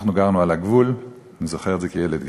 אנחנו גרנו על הגבול, אני זוכר את זה כילד גדול,